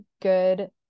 good